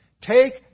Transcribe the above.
take